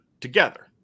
together